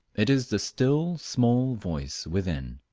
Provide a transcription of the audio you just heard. it is the still, small voice within.